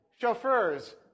chauffeurs